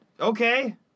Okay